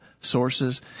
sources